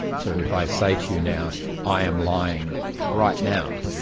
so if i say to you now i am lying right now,